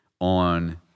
on